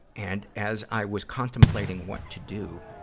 and as i was contemplating what to do,